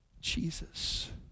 Jesus